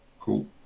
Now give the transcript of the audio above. Cool